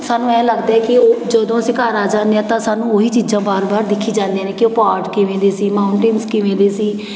ਸਾਨੂੰ ਐਂ ਲੱਗਦਾ ਕਿ ਉਹ ਜਦੋਂ ਅਸੀਂ ਘਰ ਆ ਜਾਂਦੇ ਹਾਂ ਤਾਂ ਸਾਨੂੰ ਓਹੀ ਚੀਜ਼ਾਂ ਵਾਰ ਵਾਰ ਦਿਖੀ ਜਾਂਦੀਆਂ ਨੇ ਕਿ ਉਹ ਪਹਾੜ ਕਿਵੇਂ ਦੇ ਸੀ ਮਾਊਂਨਟੇਨਸ ਕਿਵੇਂ ਦੇ ਸੀ